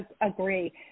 agree